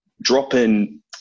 drop-in